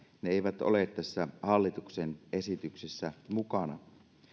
ne eivät ole tässä hallituksen esityksessä mukana